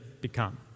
become